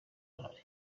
ahari